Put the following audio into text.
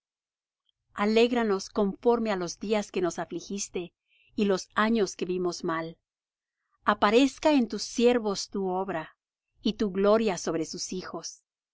alégranos conforme á los días que nos afligiste y los años que vimos mal aparezca en tus siervos tu obra y tu gloria sobre sus hijos